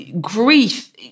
Grief